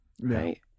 Right